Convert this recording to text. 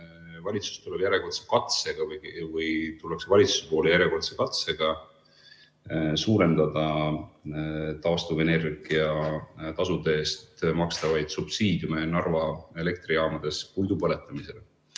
valitsus tuleb järjekordse katsega või tullakse valitsuse poole järjekordse katsega suurendada taastuvenergia tasude eest makstavaid subsiidiume Narva elektrijaamades puidu põletamisel,